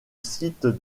site